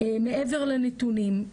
מעבר לנתונים.